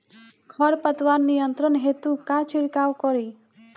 खर पतवार नियंत्रण हेतु का छिड़काव करी?